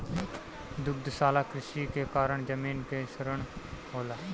दुग्धशाला कृषि के कारण जमीन कअ क्षरण होला